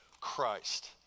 Christ